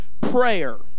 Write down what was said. Prayer